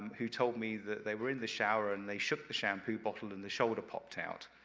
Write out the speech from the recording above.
who told me that they were in the shower and they shook the shampoo bottle and the shoulder popped out.